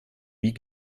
wie